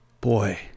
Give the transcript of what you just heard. Boy